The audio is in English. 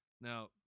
Now